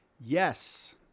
Yes